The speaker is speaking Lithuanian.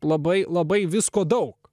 labai labai visko daug